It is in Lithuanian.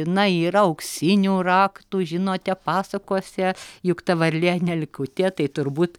jinai yra auksinių raktų žinote pasakose juk ta varlė nelkutė tai turbūt